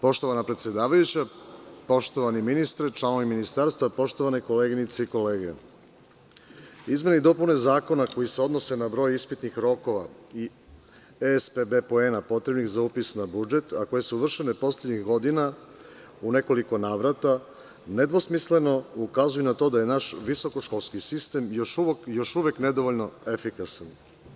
Poštovana predsedavajuća, poštovani ministre, članovi ministarstva, poštovane koleginice i kolege, izmene i dopune zakona koje se odnose na broj ispitnih rokova i ESPB poena potrebnih za upis na budžet, a koje su vršene poslednjih godina u nekoliko navrata, nedvosmisleno ukazuju na to da je naš visokoškolski sistem još uvek nedovoljno efikasan.